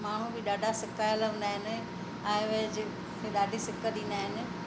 माण्हू बि ॾाढा सिकायल हूंदा आहिनि आए विए जे खे ॾाढी सिक ॾींदा आहिनि